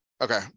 Okay